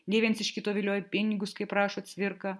nei viens iš kito viliojo pinigus kaip rašo cvirka